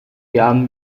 jahren